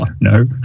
No